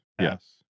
yes